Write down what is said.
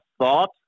thought